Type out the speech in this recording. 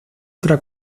otra